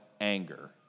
anger